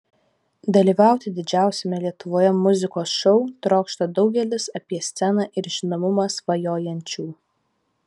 dalyvauti didžiausiame lietuvoje muzikos šou trokšta daugelis apie sceną ir žinomumą svajojančių